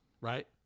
right